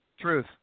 Truth